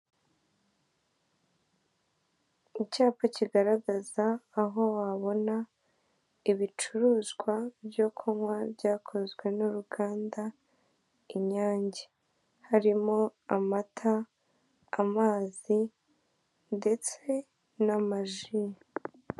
Icyapa kigaragaza aho wabona ibicuruzwa byo kunywa byakozwe n'uruganda Inyange harimo amata, amazi ndetse n'amaji.